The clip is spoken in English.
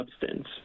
substance